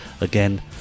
again